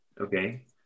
Okay